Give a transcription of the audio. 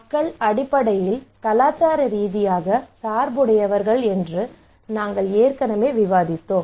மக்கள் அடிப்படையில் கலாச்சார ரீதியாக சார்புடையவர்கள் என்று நாங்கள் ஏற்கனவே விவாதித்தோம்